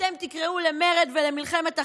אתם תקראו למרד ולמלחמת אחים?